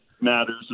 matters